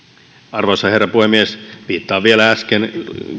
arvoisa herra puhemies viittaan vielä äsken